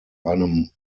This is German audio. einem